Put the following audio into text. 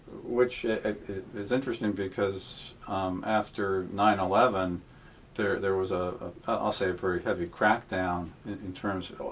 which is interesting, because after nine eleven there there was, ah i'll say, a very heavy crackdown in terms of,